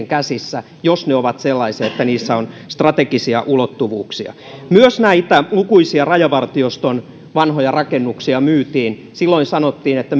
käsissä jos ne ovat sellaisia että niissä on strategisia ulottuvuuksia myös näitä lukuisia rajavartioston vanhoja rakennuksia myytiin silloin sanottiin että